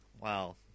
Wow